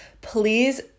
please